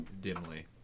dimly